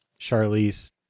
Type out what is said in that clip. Charlize